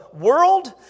world